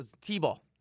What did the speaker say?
T-ball